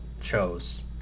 chose